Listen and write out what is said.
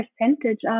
percentage